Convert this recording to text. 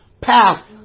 path